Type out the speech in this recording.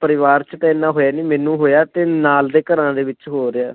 ਪਰਿਵਾਰ 'ਚ ਤਾਂ ਇੰਨਾਂ ਹੋਇਆ ਨਹੀਂ ਮੈਨੂੰ ਹੋਇਆ ਅਤੇ ਨਾਲ਼ ਦੇ ਘਰਾਂ ਦੇ ਵਿੱਚ ਹੋ ਰਿਹਾ